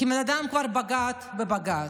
כי האדם כבר בגד ובגד,